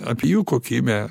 apie jų kokybę